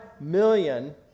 million